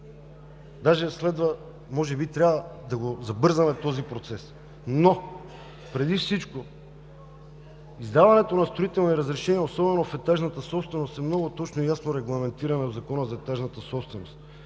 Даже може би трябва да го забързаме този процес, но преди всичко издаването на строителни разрешения, особено в етажната собственост е много точно и ясно регламентирано в Закона за етажната собственост